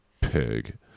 pig